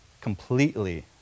completely